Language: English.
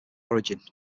origin